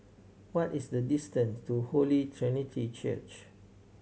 what is the distance to Holy Trinity Church